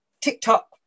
TikTok